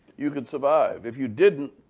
you could survive. if you didn't,